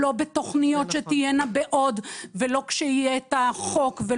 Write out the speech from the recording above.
לא בתוכניות שתהיינה בעוד שנים ולא כשיהיה את החוק.